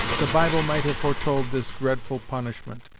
the bible might have foretold this dreadful punishment!